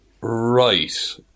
Right